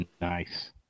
Nice